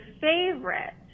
favorite